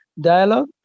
dialogue